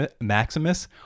Maximus